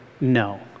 no